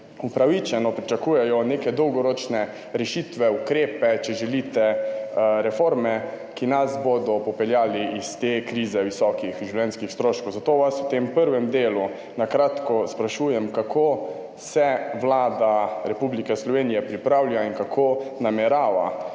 upravičeno pričakujejo neke dolgoročne rešitve, ukrepe, reforme, ki nas bodo popeljale iz te krize visokih življenjskih stroškov. Zato vas v tem prvem delu na kratko sprašujem: Kako se Vlada Republike Slovenije pripravlja in kako namerava